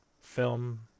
film